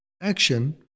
action